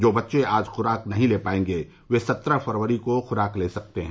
जो बच्चे आज खुराक नहीं ले पायेंगे वे सत्रह फरवरी को खुराक ले सकते हैं